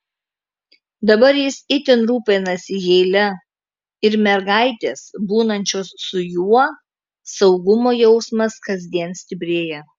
dabar jis itin rūpinasi heile ir mergaitės būnančios su juo saugumo jausmas kasdien stiprėja